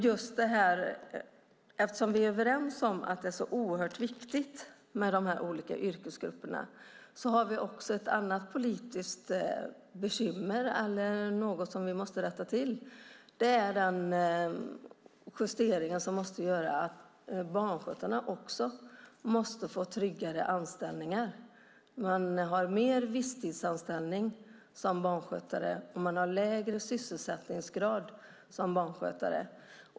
Vi är överens om att det är så oerhört viktigt med de olika yrkesgrupperna. Men det finns ett annat politiskt bekymmer att rätta till, nämligen att barnskötarna måste få tryggare anställningar. Det finns fler visstidsanställningar bland barnskötare, och det är lägre sysselsättningsgrad bland barnskötare.